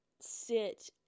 sit